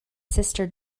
sister